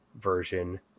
version